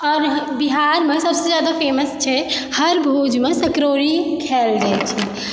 आओर बिहारमे सबसँ जादा फेमस छै हर भोजमे सकड़ौरी खायल जाइ छै